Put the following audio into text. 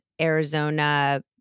Arizona